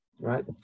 right